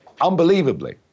unbelievably